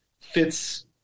fits